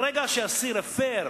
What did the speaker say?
ברגע שאסיר הפר